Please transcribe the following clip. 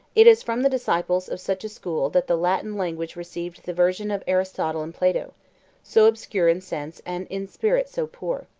it is from the disciples of such a school that the latin language received the versions of aristotle and plato so obscure in sense, and in spirit so poor.